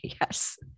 yes